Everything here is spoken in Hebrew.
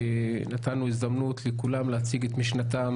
נתנו הזדמנות לכולם להציג את משנתם,